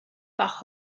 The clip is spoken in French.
par